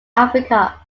africa